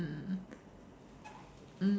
mm